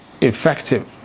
effective